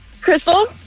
Crystal